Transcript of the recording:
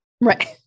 Right